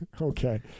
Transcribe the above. okay